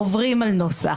עוברים על נוסח,